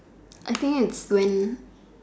I think it's when